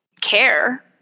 care